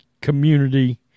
community